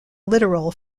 literal